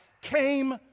came